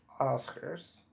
Oscars